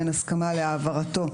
באין הסכמה להעברתו,